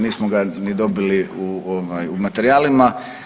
Nismo ga niti dobili u materijalima.